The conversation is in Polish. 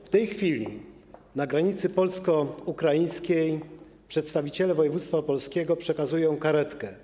W tej chwili na granicy polsko-ukraińskiej przedstawiciele województwa opolskiego przekazują karetkę.